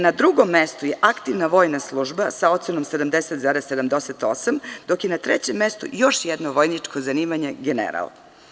Na drugom mestu je aktivna vojna služba sa ocenom 70,78, dok je na trećem mestu još jedno vojničko zanimanje general.